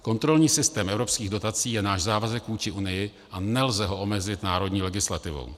Kontrolní systém evropských dotací je náš závazek vůči Unii a nelze ho omezit národní legislativou.